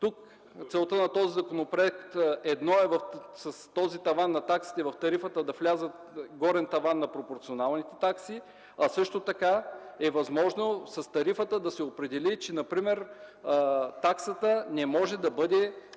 Тук целта на този законопроект е с този таван за таксите в тарифата да влязат горен таван на пропорционалните такси, а също така е възможно с тарифата да се определи, че например таксата не може да